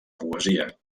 poesia